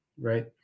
right